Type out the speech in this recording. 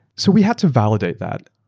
so we have to validate that.